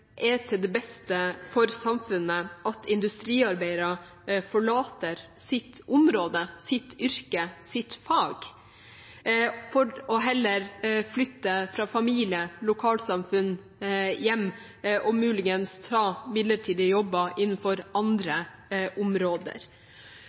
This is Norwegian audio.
er til det beste for samfunnet at industriarbeidere forlater sitt område, sitt yrke, sitt fag og flytter fra familie, lokalsamfunn og hjem for muligens å ta midlertidige jobber innenfor andre områder.